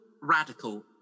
radical